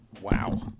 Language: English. Wow